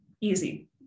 easy